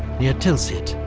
near tilsit,